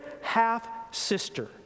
half-sister